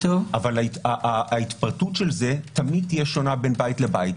אבל ההתפרטות של זה תמיד תהיה שונה מבית לבית.